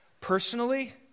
Personally